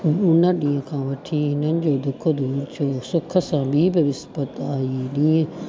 हुन ॾींहं खां वठी हिननि जो दुख दूरि थी वियो सुख सां ॿीं बि विस्पति आहीं ॾींअं